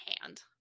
hand